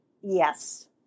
yes